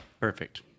Perfect